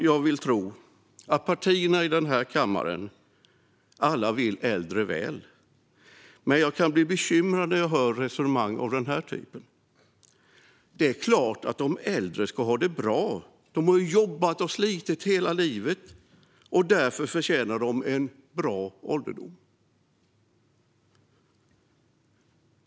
Jag vill tro att partierna i den här kammaren alla vill äldre väl, men jag blir bekymrad när jag hör resonemang av den här typen: Det är klart att de äldre ska ha det bra. De har ju jobbat och slitit hela livet, och därför förtjänar de en bra ålderdom.